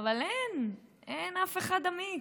אבל אין, אין אף אחד אמיץ.